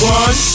one